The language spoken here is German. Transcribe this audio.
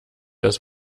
das